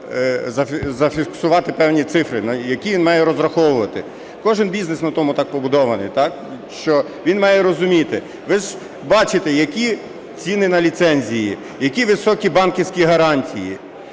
зафіксувати певні цифри, на які він має розраховувати. Кожен бізнес на тому так побудований, що він має розуміти. Ви ж бачите, які ціни на ліцензії, які високі банківські гарантії.